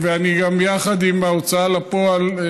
גם אני מנסה, עם ההוצאה לפועל,